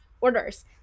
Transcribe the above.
orders